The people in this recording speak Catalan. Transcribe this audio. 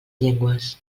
llengües